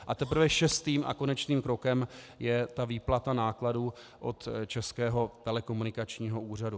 A teprve šestým a konečným krokem je výplata nákladů od Českého telekomunikačního úřadu.